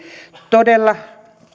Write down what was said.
todella